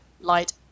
light